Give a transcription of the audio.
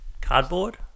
Cardboard